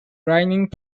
grinding